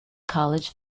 college